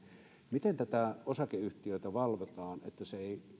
miten tätä osakeyhtiöitä valvotaan että se ei